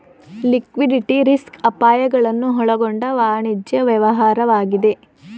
liquidity risk ಅಪಾಯಗಳನ್ನು ಒಳಗೊಂಡ ವಾಣಿಜ್ಯ ವ್ಯವಹಾರವಾಗಿದೆ